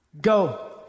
Go